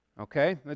Okay